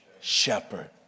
shepherd